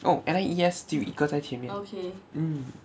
oh N I E S 只有一个在前面 mm